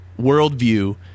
worldview